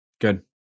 Good